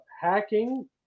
hacking